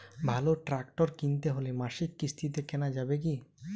ভালো ট্রাক্টর কিনতে হলে মাসিক কিস্তিতে কেনা যাবে কি?